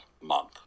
month